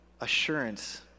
assurance